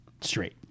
straight